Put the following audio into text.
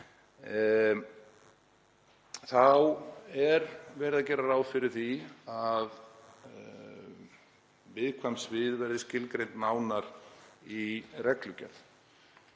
Þá er verið að gera ráð fyrir því að viðkvæm svið verði skilgreind nánar í reglugerð.